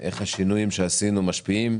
לראות איך השינויים שעשינו משפיעים.